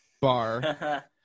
bar